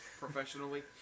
professionally